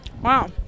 Wow